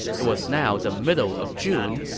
it was now the middle of june,